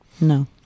No